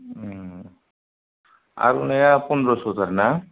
आर'नाइया पन्द्रस'थार ना